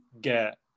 get